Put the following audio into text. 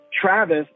Travis